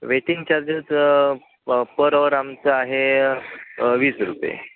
waiting charges per hour आमचा आहे वीस रुपये